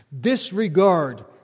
Disregard